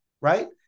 right